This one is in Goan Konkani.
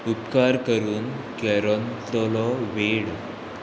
उपकार करून कॅरोन चोलो वेळ